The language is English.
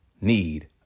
need